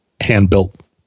hand-built